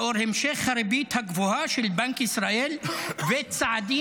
לאור המשך הריבית הגבוהה של בנק ישראל וצעדים